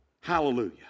Hallelujah